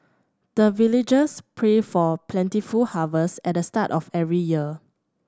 the villagers pray for plentiful harvest at the start of every year